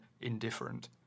indifferent